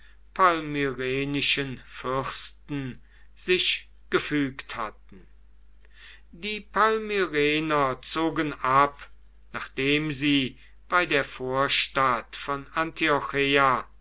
palmyrenischen fürsten sich gefügt hatten die palmyrener zogen ab nachdem sie bei der vorstadt von antiocheia